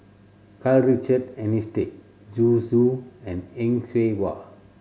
Karl Richard Hanitsch Zhu Xu and Heng Cheng Hwa